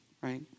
right